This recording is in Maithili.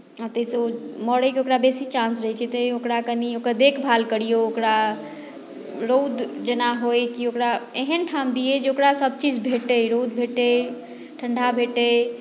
आ ताहिसँ मरयके ओकरा बेसी चान्स रहैत छै तैँ ओकरा कनि ओकर देखभाल करियौ ओकरा रौद जेना होइत कि ओकरा एहन ठाम दियै जे ओकरा सभचीज भेटै रौद भेटै ठण्ढा भेटै